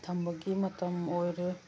ꯊꯝꯕꯒꯤ ꯃꯇꯝ ꯑꯣꯏꯔꯦ